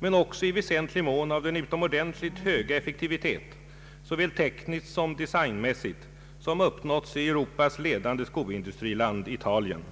men också i väsentlig mån av den utomordentligt höga ef fektivitet — såväl tekniskt som designmässigt — som uppnåtts i Europas le dande skoindustriland Italien.